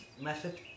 method